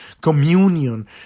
communion